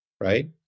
right